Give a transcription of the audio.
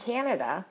Canada